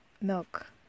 milk